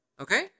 Okay